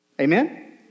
Amen